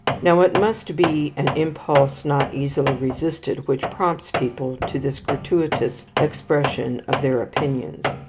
now it must be an impulse not easily resisted which prompts people to this gratuitous expression of their opinions.